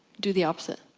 do the opposite.